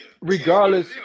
regardless